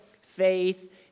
faith